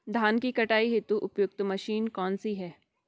धान की कटाई हेतु उपयुक्त मशीन कौनसी है?